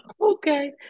Okay